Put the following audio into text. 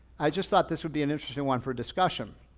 i just thought this would be an interesting one for discussion.